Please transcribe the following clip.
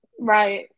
Right